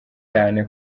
cyane